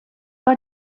war